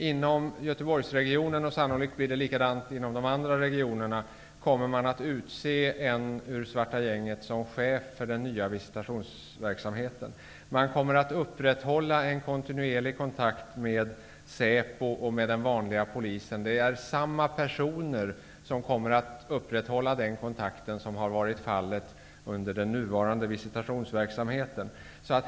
Inom Göteborgsregionen, och sannolikt blir det likadant inom de andra regionerna, kommer man att utse en ur Svarta gänget som chef för den nya visitationsverksamheten. Man kommer att upprätthålla en kontinuerlig kontakt med SÄPO och med den vanliga polisen. Det är samma personer som kommer att upprätthålla den kontakten som har varit fallet under den nuvarande visitationsverksamheten.